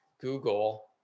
Google